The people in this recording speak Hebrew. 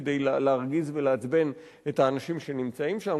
כדי להרגיז ולעצבן את האנשים שנמצאים שם,